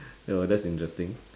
oh that's interesting